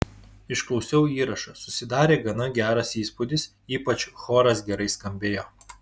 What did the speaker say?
išklausiau įrašą susidarė gana geras įspūdis ypač choras gerai skambėjo